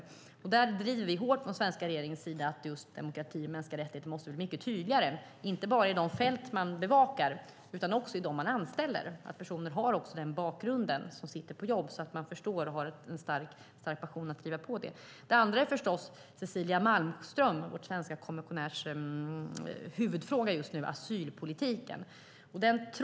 Där driver vi hårt från den svenska regeringens sida att just demokrati och mänskliga rättigheter måste bli tydligare, inte bara i de fält man bevakar utan också i de fält man anställer. Personer ska ha en bakgrund så att de förstår frågorna och har en stark passion att driva på frågorna. Det andra instrumentet är förstås Cecilia Malmströms, det vill säga vår svenska kommissionärs huvudfråga asylpolitiken.